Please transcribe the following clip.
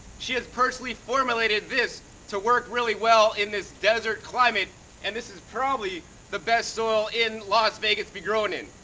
she has personally reformulated this to work really well in this desert climate and this is probably the best soil in las vegas to be growing in.